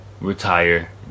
retire